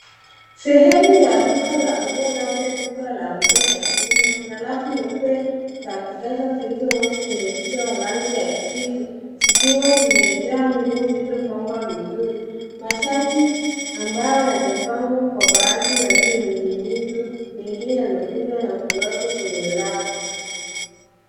Sehemu ya duka la nguo, labda duka la nguo za kiume. Kuna rafu nyeupe za kisasa zilizowekwa kwenye ukuta wa rangi ya kijivu zikiwa zimejaa nguo zilizopangwa vizuri. Mashati ambayo yamepangwa kwa bati yaliyoning'inizwa, mengine yamekunjwa na kuwekwa kwenye rafu.